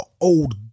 old